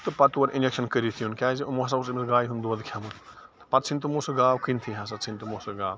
تہٕ پَتہٕ اورٕ اِنجیٚکش کٔرِتھ یُن کیٛازِ یِمو ہسا اوس أمس گایہِ ہُنٛد دۄدھ کھیٛومُت پَتہٕ ژھٕنۍ تِمو سۄ گاو کنتھٕے ہسا ژھٕنۍ تِمو سۄ گاو